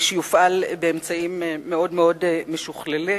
שיופעל באמצעים מאוד מאוד משוכללים